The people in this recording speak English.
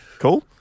cool